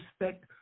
respect